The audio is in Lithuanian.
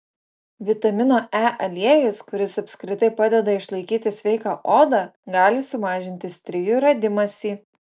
vitamino e aliejus kuris apskritai padeda išlaikyti sveiką odą gali sumažinti strijų radimąsi